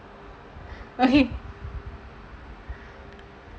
okay